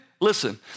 Listen